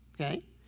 Okay